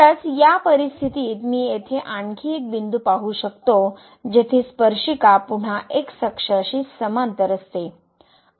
खरंच या परिस्थितीत मी येथे आणखी एक बिंदू पाहू शकतो जेथे स्पर्शिका पुन्हा एक्स अक्षांशी समांतर असते